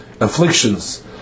afflictions